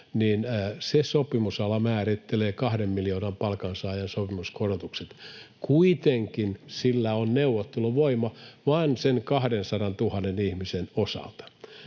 ihmisen sopimusala — määrittelee kahden miljoonan palkansaajan sopimuskorotukset. Kuitenkin sillä on neuvotteluvoima vain sen 200 000 ihmisen osalta.